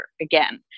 again